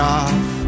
off